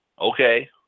Okay